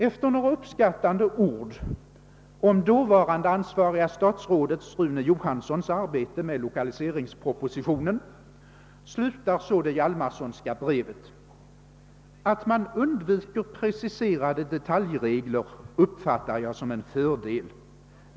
Efter några uppskattande ord om det dåvarande ansvariga statsrådet Rune Johanssons arbete med lokaliseringspropositionen slutar så det Hjalmarsonska brevet: »Att man undviker preciserade detaljregler uppfattar jag som en fördel.